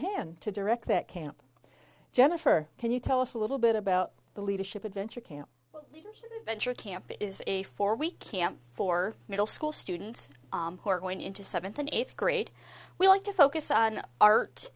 hand to direct that camp jennifer can you tell us a little bit about the leadership adventure camp and your camp is a four week camp for middle school students who are going into seventh and eighth grade we like to focus on art